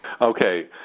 Okay